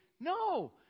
No